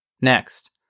Next